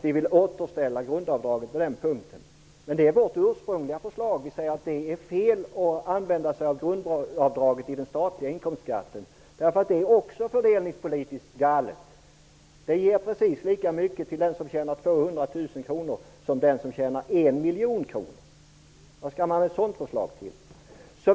Vi vill återställa grundavdraget på den punkten, men det är vårt ursprungliga förslag. Vi menar att det är fel att använda grundavdraget i den statliga inkomstskatten. Det är också fördelningspolitiskt galet. Det ger precis lika mycket till den som tjänar 200 000 kr som till den som tjänar 1 miljon kronor. Vad skall man med ett sådant förslag till?